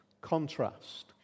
contrast